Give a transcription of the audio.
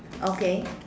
okay